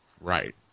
Right